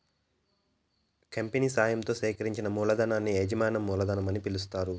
company సాయంతో సేకరించిన మూలధనాన్ని యాజమాన్య మూలధనం అని పిలుస్తారు